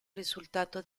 risultato